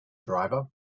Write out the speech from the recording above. driver